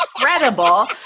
incredible